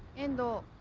endo.